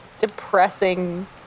depressing